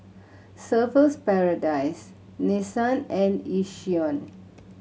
Surfer's Paradise Nissan and Yishion